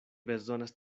bezonas